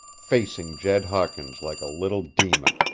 facing jed hawkins like a little demon.